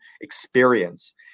experience